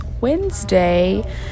wednesday